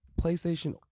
PlayStation